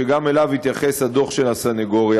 שגם אליו התייחס הדוח של הסנגוריה,